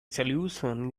solution